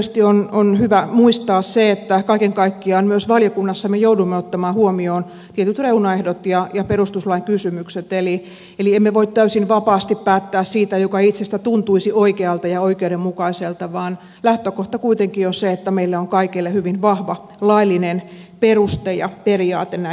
silloin tietysti on hyvä muistaa se että kaiken kaikkiaan myös valiokunnassa me joudumme ottamaan huomioon tietyt reunaehdot ja perustuslain kysymykset eli emme voi täysin vapaasti päättää siitä mikä itsestä tuntuisi oikealta ja oikeudenmukaiselta vaan lähtökohta kuitenkin on se että meillä on kaikelle hyvin vahva laillinen peruste ja periaate näihin kysymyksiin